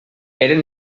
eren